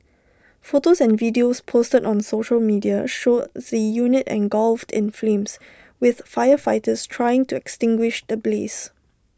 photos and videos posted on social media showed the unit engulfed in flames with firefighters trying to extinguish the blaze